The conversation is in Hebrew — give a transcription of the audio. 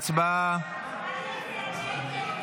התשפ"ה 2024,